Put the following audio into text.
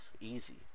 easy